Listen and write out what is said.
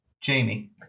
Jamie